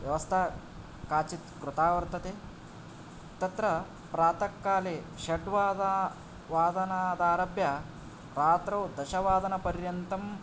व्यवस्था काचित् कृता वर्तते तत्र प्रातःकाले षट् वादा वादनादारभ्य रात्रौ दशवादन पर्यन्तम्